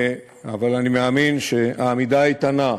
אבל אני מאמין שהעמידה האיתנה,